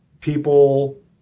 people